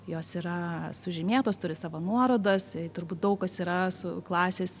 jos yra sužymėtos turi savo nuorodas turbūt daug kas yra su klasės